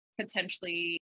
potentially